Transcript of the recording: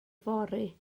fory